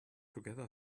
together